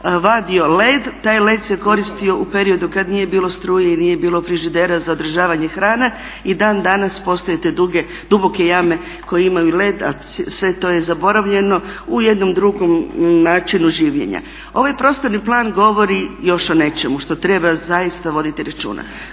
vadio led, taj led se koristio u periodu kad nije bilo struje i nije bilo frižidera za održavanje hrane. I dan danas postoje te duboke jame koje imaju led, a sve to je zaboravljeno u jednom drugom načinu življenja. Ovaj prostorni plan govori još o nečemu što treba zaista voditi računa,